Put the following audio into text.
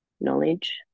Knowledge